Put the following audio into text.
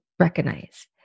Recognize